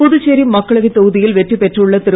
புதுச்சேரி மக்களவைத் தொகுதியில் வெற்றி பெற்றுள்ள திரு